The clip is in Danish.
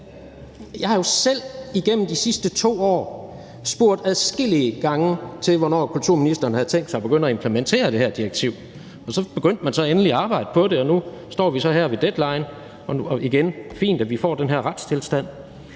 Jeg har jo selv igennem de sidste 2 år spurgt adskillige gange til, hvornår kulturministeren havde tænkt sig at begynde at implementere det her direktiv. Så begyndte man endelig at arbejde på det, og nu står vi så her ved deadline. Og igen: Det er fint, at vi får den her retstilstand.